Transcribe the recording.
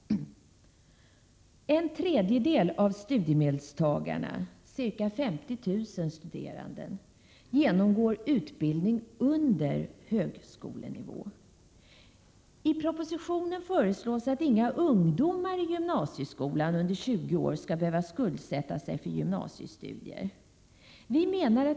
En tredjedel av studiemedelstagarna, ca 50 000 studerande, genomgår utbildning under högskolenivå. I propositionen föreslås att inga ungdomar i gymnasieskolan under 20 år skall behöva skuldsätta sig för gymnasiestudier.